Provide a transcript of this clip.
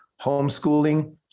homeschooling